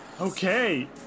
Okay